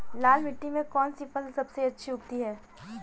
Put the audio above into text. लाल मिट्टी में कौन सी फसल सबसे अच्छी उगती है?